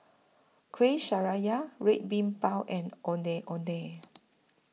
Kuih Red Bean Bao and Ondeh Ondeh